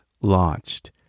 launched